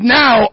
now